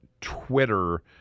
Twitter